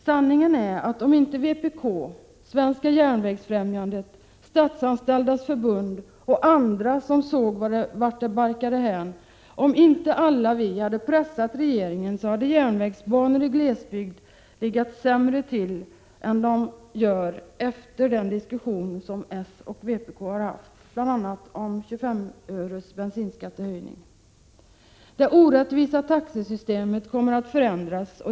Sanningen är den att om inte vpk, Svenska järnvägsfrämjandet, Statsanställdas förbund och andra som såg vart det barkade hän inte hade pressat regeringen, skulle järnvägsbanor i glesbygd ha legat sämre till än de nu gör efter den diskussion som socialdemokraterna och vpk har haft. Det gäller då bl.a. frågan om en bensinskattehöjning med 25 öre. Det orättvisa taxesystemet kommer att förändras.